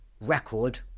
record